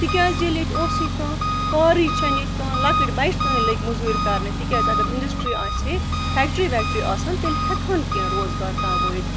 تِکیٛازِ ییٚلہِ ییٚتہِ اوسٕے کانٛہہ کارٕے چھَنہٕ ییٚتہِ کانٛہہ لۄکٕٹۍ بَچہٕ تام لٔگۍ موٚزوٗرۍ کَرنہِ تِکیٛاز اگر اِنٛڈَسٹِرٛی آسہِ ہے فٮ۪کٹرٛی وٮ۪کٹرٛی آسہِ ہَن تیٚلہِ ہٮ۪کہٕ ہَن کیٚنٛہہ روزگار کَموٲیِتھ